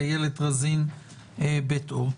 איילת רזין בית אור,